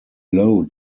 low